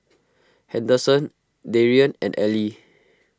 Henderson Darian and Elie